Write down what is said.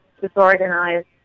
disorganized